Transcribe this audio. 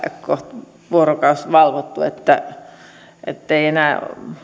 kohta vuorokausi valvottu ettei enää